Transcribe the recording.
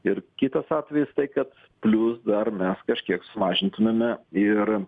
ir kitas atvejis tai kad plius dar mes kažkiek sumažintumėme ir